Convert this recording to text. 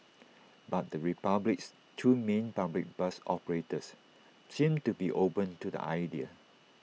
but the republic's two main public bus operators seem to be open to the idea